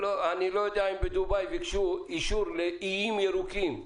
אני לא יודע אם בדובאי ביקשו אישור לאיים ירוקים,